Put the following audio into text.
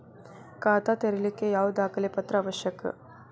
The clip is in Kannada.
ಖಾತಾ ತೆರಿಲಿಕ್ಕೆ ಯಾವ ದಾಖಲೆ ಪತ್ರ ಅವಶ್ಯಕ?